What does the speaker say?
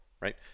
right